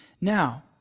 Now